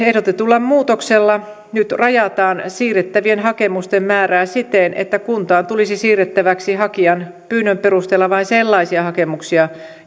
ehdotetulla muutoksella nyt rajataan siirrettävien hakemusten määrää siten että kuntaan tulisi siirrettäväksi hakijan pyynnön perusteella vain sellaisia hakemuksia